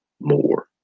more